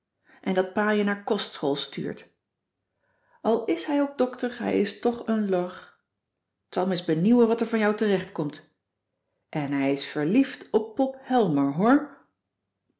en dat pa je naar kostschool stuurt al is hij ook doctor hij is toch een lor t zal me eens benieuwen wat er van jou terecht komt en hij is verliefd op pop helmer hoor